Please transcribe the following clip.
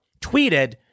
tweeted